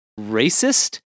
racist